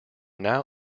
now